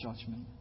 judgment